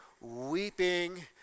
weeping